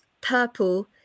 purple